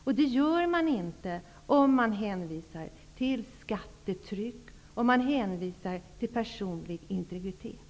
Man ger inte sådana signaler om man hänvisar till skattetryck och personlig integritet.